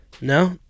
No